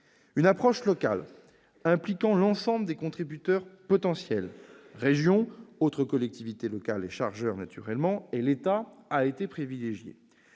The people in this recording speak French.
Une approche locale, impliquant l'ensemble des contributeurs potentiels, régions, autres collectivités locales, chargeurs, État, a été privilégiée.